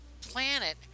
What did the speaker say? planet